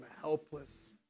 helpless